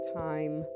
time